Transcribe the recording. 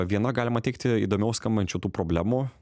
viena galima teigti įdomiau skambančių tų problemų